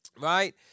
right